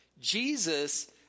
Jesus